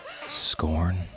Scorn